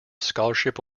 scholarship